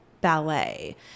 ballet